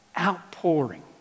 outpouring